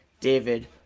David